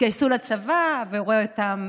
יתגייסו לצבא והוא רואה אותם